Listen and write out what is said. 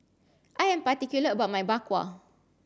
I am particular about my Bak Kwa